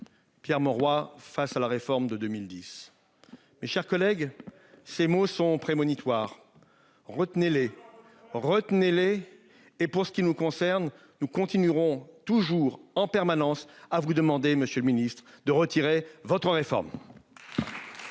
Pierre Mauroy, face à la réforme de 2010. Mes chers collègues. Ces mots sont prémonitoire retenez-les retenez-les et pour ce qui nous concerne nous continuerons toujours en permanence à vous demander, monsieur le Ministre, de retirer votre réforme.